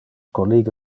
collige